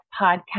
Podcast